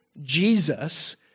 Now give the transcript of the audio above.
Jesus